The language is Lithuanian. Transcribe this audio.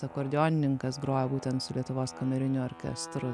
akordeonininkas grojo būtent su lietuvos kameriniu orkestru